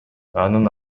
анын